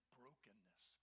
brokenness